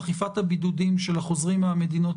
אכיפת הבידודים של החוזרים מהמדינות